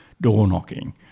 door-knocking